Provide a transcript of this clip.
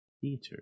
Theater